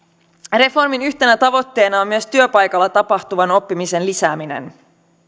reformin yhtenä tavoitteena on myös työpaikalla tapahtuvan oppimisen lisääminen